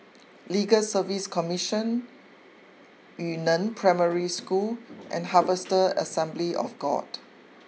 Legal Service Commission Yu Neng Primary School and Harvester Assembly of God